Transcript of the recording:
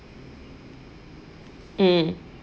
mm